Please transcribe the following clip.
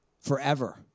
forever